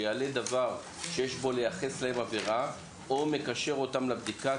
שיעלה דבר שיש בו ליחס להם עבירה או מקשר אותם לבדיקה,